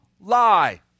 lie